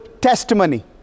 testimony